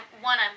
one